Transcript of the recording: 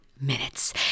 minutes